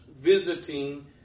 visiting